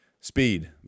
Speed